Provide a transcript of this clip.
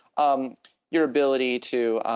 um your ability to